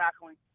tackling